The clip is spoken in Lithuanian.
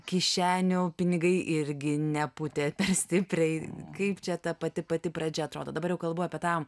kišenių pinigai irgi nepūtė per stipriai kaip čia ta pati pati pradžia atrodo dabar kalbu apie tą